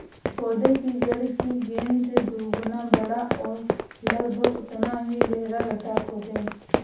पौधे की जड़ की गेंद से दोगुना बड़ा और लगभग उतना ही गहरा गड्ढा खोदें